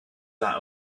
that